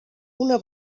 una